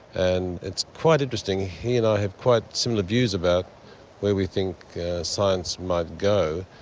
and it's quite interesting, he and i have quite similar views about where we think science might go,